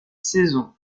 saison